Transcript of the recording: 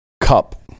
Cup